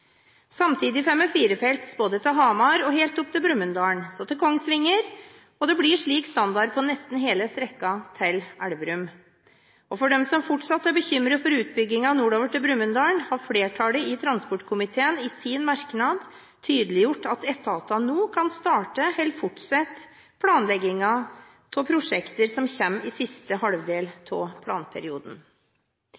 Samtidig får vi firefelts vei til Hamar, helt opp til Brumunddal og til Kongsvinger, og det blir slik standard på nesten hele strekningen til Elverum. For dem som fortsatt er bekymret for utbyggingen nordover til Brumunddal, har flertallet i transportkomiteen i sin merknad tydeliggjort at etatene nå kan starte eller fortsette planleggingen av prosjekter som kommer i siste halvdel